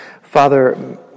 Father